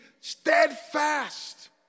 steadfast